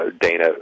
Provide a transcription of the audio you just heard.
Dana